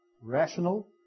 rational